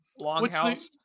longhouse